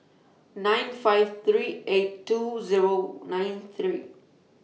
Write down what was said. nine five three eight two Zero nine three